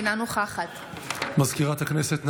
אינה נוכחת סגנית מזכיר הכנסת,